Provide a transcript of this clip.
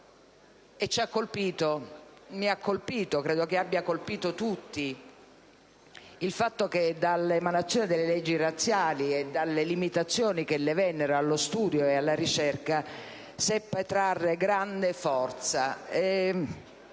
Mi ha colpito, come credo abbia colpito tutti, il fatto che dall'emanazione delle leggi razziali e dalle limitazioni che conseguentemente le vennero allo studio e alla ricerca seppe trarre grande forza.